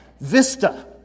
vista